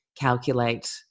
calculate